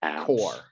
core